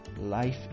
Life